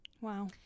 wow